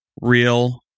real